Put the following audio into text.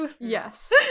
Yes